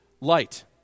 light